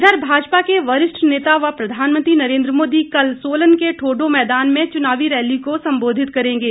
इधर भाजपा के वरिष्ठ नेता व प्रधानमंत्री नरेंद्र मोदी कल सोलन के ठोडो मैदान में चुनावी रैली को संबोधित करेंगे